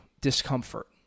discomfort